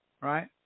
right